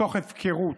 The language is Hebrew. מתוך הפקרות,